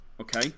Okay